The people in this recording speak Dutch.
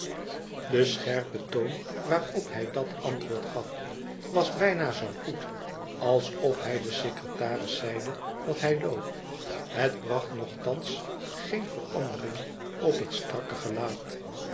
de scherpe toon waarop hij dat antwoord gaf was bijna zoogoed alsof hij den secretaris zeide dat hij loog het bracht nogthans geen verandering op het strakke gelaat